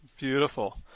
Beautiful